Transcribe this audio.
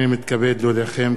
הנני מתכבד להודיעכם,